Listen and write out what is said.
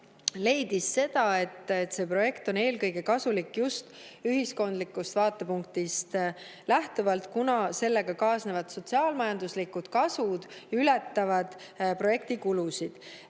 leiti, et see projekt on eelkõige kasulik just ühiskondlikust vaatepunktist lähtuvalt, kuna sellega kaasnev sotsiaal‑majanduslik kasu ületab projekti kulusid. Välja